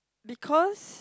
because